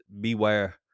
beware